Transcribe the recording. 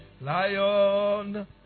Lion